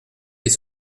des